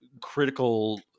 critical